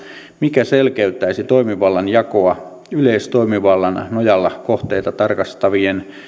mikä selkeyttäisi toimivallan jakoa yleistoimivallan nojalla kohteita tarkastavien